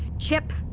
chip,